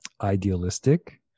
idealistic